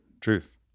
truth